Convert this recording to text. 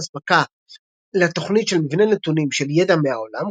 אספקה לתוכנית של מבנה נתונים של "ידע מהעולם",